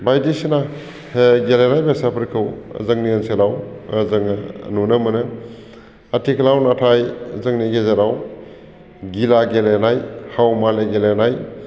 बायदिसिना गेलेनाय बेसादफोरखौ जोंनि ओनसोलाव जोङो नुनो मोनो आथिखालाव नाथाय जोंनि गेजेराव गिला गेलेनाय हाउमालि गेलेनाय